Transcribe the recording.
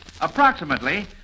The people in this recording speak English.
Approximately